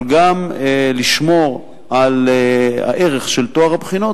אבל גם לשמור על הערך של טוהר הבחינות